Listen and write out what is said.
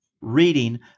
reading